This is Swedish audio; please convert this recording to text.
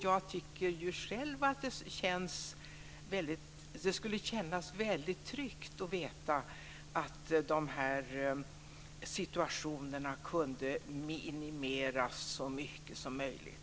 Jag tycker själv att det skulle kännas väldigt tryggt om jag kunde veta att de här situationerna kunde minimeras så mycket som möjligt.